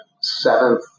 seventh